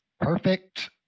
perfect